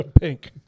pink